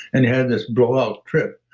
and had this blow out trip.